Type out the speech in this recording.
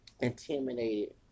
intimidated